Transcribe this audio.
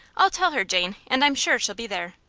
i'll tell her, jane, and i'm sure she'll be there.